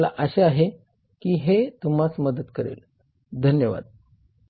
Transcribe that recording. मला आशा आहे की हे तुम्हास मदत करेल धन्यवाद